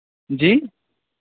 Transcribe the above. جی